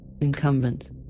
Incumbent